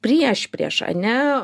priešpriešą ane